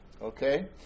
Okay